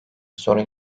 sorun